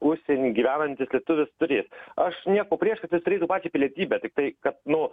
užsieny gyvenantis lietuvis turės aš nieko prieš kad jis turėtų pačią pilietybę tiktai kad nu